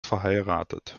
verheiratet